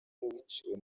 wiciwe